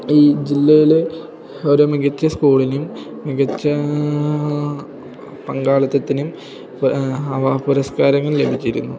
ഈ ജില്ലയിലെ ഒരു മികച്ച സ്കൂളിനും മികച്ച പങ്കാളിത്തതിനും ഇപ്പോൾ അവ പുരസ്കാരങ്ങൾ ലഭിച്ചിരുന്നു